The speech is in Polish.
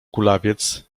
kulawiec